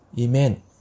Amen